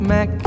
Mac